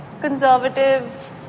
conservative